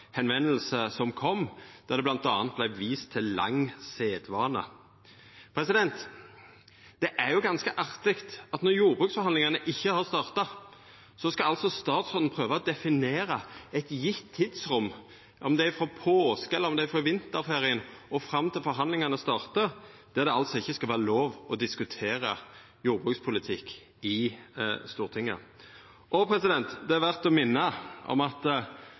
som kom, der det bl.a. vart vist til lang sedvane. Det er ganske artig at når jordbruksforhandlingane ikkje har starta, skal statsråden prøva å definera eit gitt tidsrom – om det er frå påske eller det er frå vinterferien og fram til forhandlingane startar – då det altså ikkje skal vera lov å diskutera jordbrukspolitikk i Stortinget. Det er verdt å minna om at